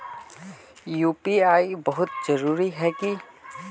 UPI बहुत जरूरी है की?